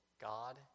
God